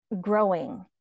growing